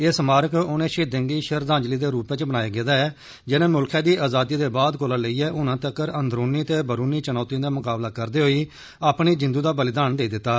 एह् स्मारक उनें शहीदें गी श्रद्दांजलि दे रूपै च बनाया गेदा ऐ जिनें मुलखै दी अजादी दे बाद कोला लेइयै हुनै तगर अंदरूनी दे वैहरूनी चुनोतिए दा मकाबला करदे होई अपनी जिंदू दा बलिदान देई दित्ता